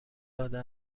داده